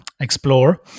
explore